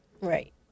right